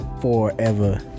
Forever